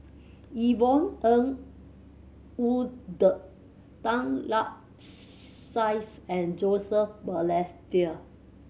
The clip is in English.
Yvonne Ng Uhde Tan Lark Sye and Joseph Balestier